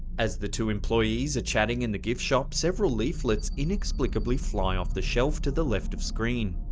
as the two employees are chatting in the gift shop, several leaflets inexplicably fly off the shelf to the left of screen.